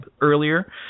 earlier